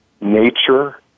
nature